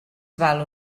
val